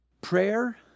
Prayer